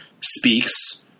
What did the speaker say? speaks